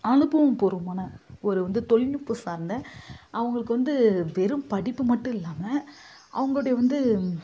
அனுபவம் பூர்வமான ஒரு வந்து தொழில்நுட்பம் சார்ந்த அவர்களுக்கு வந்து வெறும் படிப்பு மட்டும் இல்லாமல் அவர்களுடைய வந்து